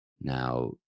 Now